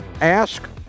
ask